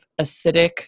acidic